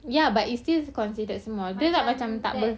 ya but it's still considered small tengok macam tak be~